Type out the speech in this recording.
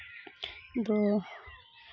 ᱫᱚ